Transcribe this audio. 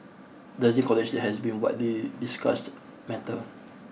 rising college has been widely discussed matter